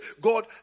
God